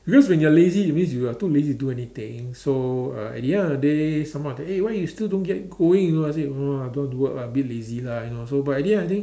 because when you are lazy that means you are too lazy to do anything so uh at the end of the day someone eh why you still don't get going you know I say no don't want to work lah a bit lazy lah you know or so but at the end of the day